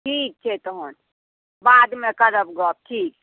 ठीक छै तहन बादमे करब गप की